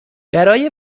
برای